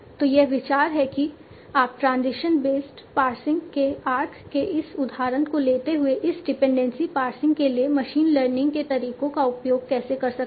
तो यह विचार है कि आप ट्रांजिशन बेस्ट पार्सिंग के आर्क के इस उदाहरण को लेते हुए इस डिपेंडेंसी पार्सिंग के लिए मशीन लर्निंग के तरीकों का उपयोग कैसे कर सकते हैं